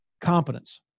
Competence